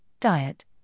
diet